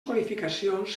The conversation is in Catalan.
qualificacions